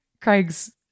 Craig's